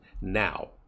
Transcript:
now